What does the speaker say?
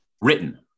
written